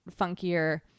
funkier